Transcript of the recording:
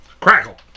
Crackle